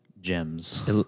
gems